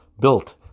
built